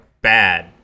bad